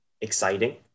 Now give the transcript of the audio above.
exciting